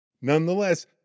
Nonetheless